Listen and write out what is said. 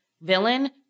villain